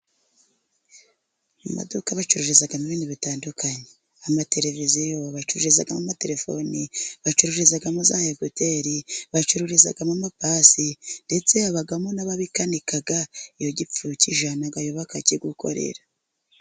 Mu maduka bacururizamo ibintu bitandukanye amateleviziyo, bacururizamo amatelefoni, bacururizamo za ekuteri ,bacururizamo amapasi ,ndetse habamo n'ababikanika, iyo gipfuye ukijyanayo bakakigukorera.